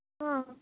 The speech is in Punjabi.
ਹਾਂ